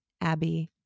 Abby